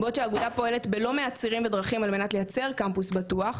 בעוד שהאגודה פועלת בלא מעט צירים ודרכים כדי לייצר קמפוס בטוח